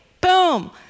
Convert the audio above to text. Boom